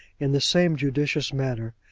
in the same judicious manner,